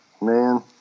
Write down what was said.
Man